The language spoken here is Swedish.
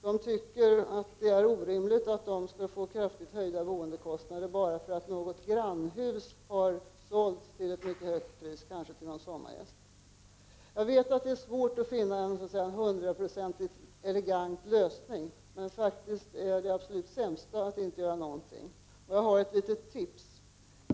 De tycker att det är orimligt att de skall få kraftigt höjda boendekostnader bara för att något grannhus har sålts till ett mycket högt pris, kanske till en sommargäst. Jag vet att det är svårt att finna en hundraprocentigt elegant lösning. Men det sämsta är att inte göra något. Jag har ett litet tips.